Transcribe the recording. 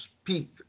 speak